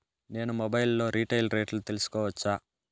నేను మొబైల్ లో రీటైల్ రేట్లు తెలుసుకోవచ్చా?